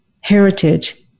heritage